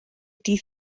dydd